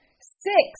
six